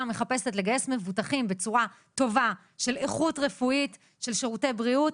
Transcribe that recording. חולים מחפשת לגייס מבוטחים בצורה טובה של איכות רפאית של שירותי בריאות,